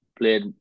played